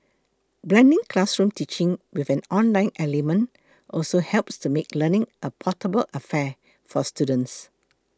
blending classroom teaching with an online element also helps to make learning a portable affair for students